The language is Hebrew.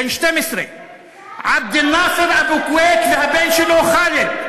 בן 12. עבד אל-נאסר אבו כוויית והבן שלו ח'אלד.